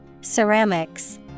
Ceramics